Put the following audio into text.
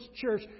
church